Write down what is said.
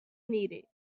needed